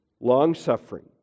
long-suffering